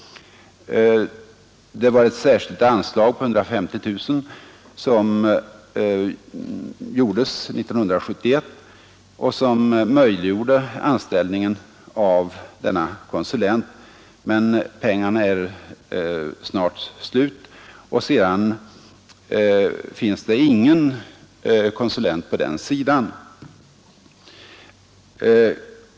Det var ett särskilt anslag på 150 000 kronor, varom beslut fattades 1971, som möjliggjorde anställandet av denna konsulent. Men pengarna är snart slut och sedan finns ingen konsulent på den sidan.